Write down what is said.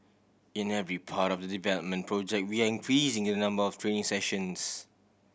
in every part of the development project we are increasing the number of training sessions